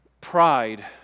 pride